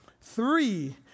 Three